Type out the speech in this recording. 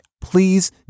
please